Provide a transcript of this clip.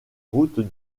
routes